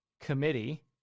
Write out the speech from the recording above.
committee